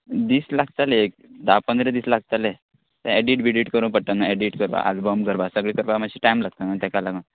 दीस लागतले एक धा पंदरा दीस लागतले ते एडीट बिडीट करूं पडटा न्हू एडीट करपा आल्बम करपा सगळें करपा मातशें टायम लागता न्हू ताका लागून